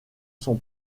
son